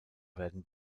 werden